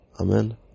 Amen